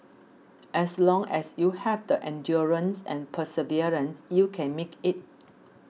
as long as you have the endurance and perseverance you can make it